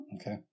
Okay